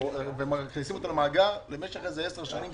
ומכניסים אותם למאגר למשך עשר שנים,